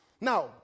Now